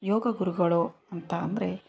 ಯೋಗ ಗುರುಗಳು ಅಂತ ಅಂದರೆ